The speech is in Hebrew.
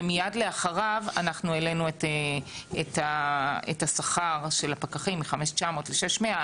ומיד לאחריו העלינו את השכר של הפקחים מ-5,900 ל-6,100.